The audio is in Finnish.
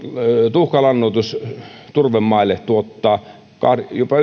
tuhkalannoitus turvemaille tuottaa jopa